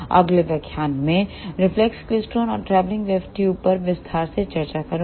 अगले व्याख्यान में मैं रिफ्लेक्स क्लेस्ट्रॉन और ट्रैवलिंग वेव ट्यूब पर विस्तार से चर्चा करूंगी